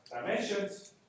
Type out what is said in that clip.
dimensions